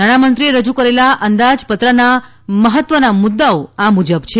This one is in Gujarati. નાણાંમંત્રીએ રજૂ કરેલા અંદાજપત્રના મહત્વના મુદ્દાઓ આ મુજબ છે